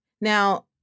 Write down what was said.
Now